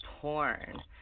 porn